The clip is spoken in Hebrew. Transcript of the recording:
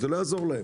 זה לא יעזור להם.